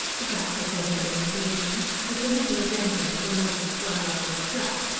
the fact that there had been a collision, that the niccola's engines were melted to unlovely scrap,